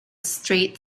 straight